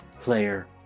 player